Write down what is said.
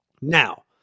Now